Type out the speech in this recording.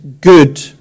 good